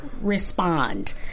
respond